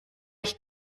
ich